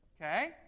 Okay